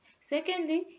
secondly